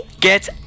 Get